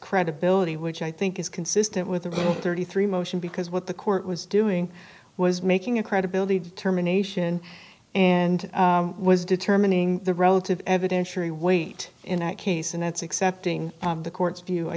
credibility which i think is consistent with the thirty three motion because what the court was doing was making a credibility determination and was determining the relative evidentiary weight in that case and that's accepting the court's view i